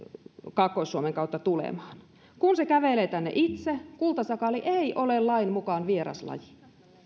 kaakkois suomen kautta tulemaan kun se kävelee tänne itse kultasakaali ei ole lain mukaan vieraslaji